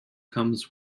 comes